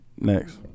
next